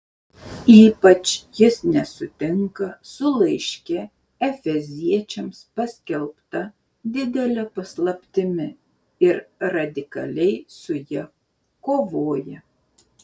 ypač jis nesutinka su laiške efeziečiams paskelbta didele paslaptimi ir radikaliai su ja kovoja